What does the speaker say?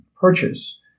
purchase